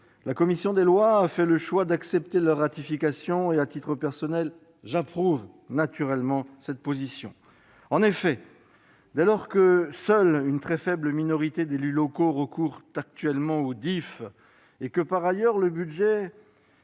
la commission des lois a fait le choix d'accepter cette ratification. À titre personnel, j'approuve naturellement cette position. En effet, dès lors que seule une très faible minorité d'élus locaux recourt actuellement au DIFE et que, par ailleurs, le budget